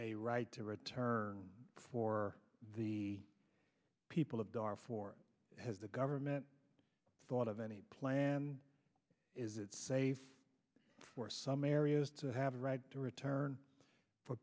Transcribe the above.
a right to return for the people of dar for has the government thought of any plan is it safe for some areas to have a right to return for